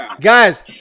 guys